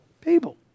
people